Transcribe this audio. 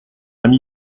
ami